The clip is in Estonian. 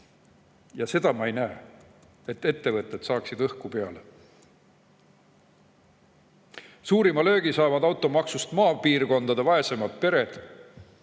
Ja seda ma ei näe, et ettevõtted saaksid õhku peale. Suurima löögi [annab] automaks maapiirkondade vaesematele